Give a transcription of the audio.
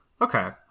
Okay